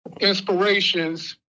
inspirations